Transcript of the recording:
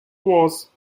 was